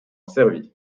serbie